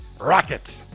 Rocket